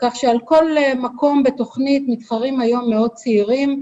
על כל מקום בתוכנית, מתחרים היום מאות צעירים.